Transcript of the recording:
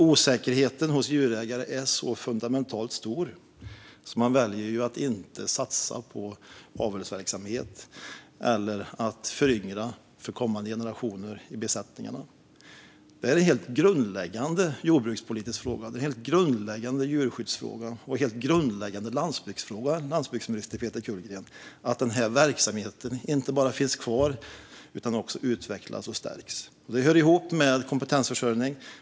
Osäkerheten hos djurägare är så fundamentalt stor att man väljer att inte satsa på avelsverksamhet eller på att föryngra för kommande generationer i besättningarna. Detta är en helt grundläggande jordbrukspolitisk fråga. Det är en helt grundläggande djurskyddsfråga och en helt grundläggande landsbygdsfråga, landsbygdsminister Peter Kullgren, att denna verksamhet inte bara finns kvar utan också utvecklas och stärks. Det hör ihop med kompetensförsörjning.